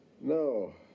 No